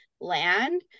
land